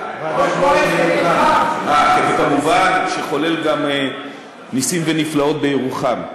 כן, כמובן, שחולל גם נסים ונפלאות בירוחם.